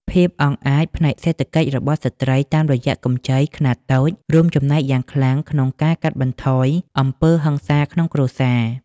ភាពអង់អាចផ្នែកសេដ្ឋកិច្ចរបស់ស្ត្រីតាមរយៈកម្ចីខ្នាតតូច រួមចំណែកយ៉ាងខ្លាំងក្នុងការកាត់បន្ថយអំពើហិង្សាក្នុងគ្រួសារ។